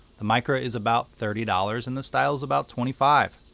the micra is about thirty dollars and the style is about twenty five